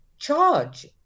charge